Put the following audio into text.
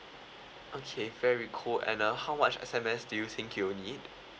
okay very cool and uh how much S_M_S do you think you will need